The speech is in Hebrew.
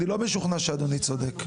אני לא משוכנע שאדוני צודק.